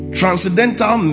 transcendental